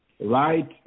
Right